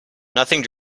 nothing